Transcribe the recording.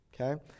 Okay